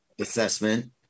assessment